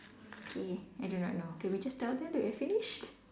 okay I do not know do we just tell them that we are finished